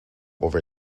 over